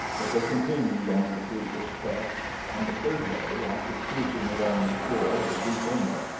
but they continued on their fruitless quest, and the third day, after cruising along the shore of a deep inlet,